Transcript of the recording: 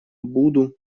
буду